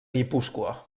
guipúscoa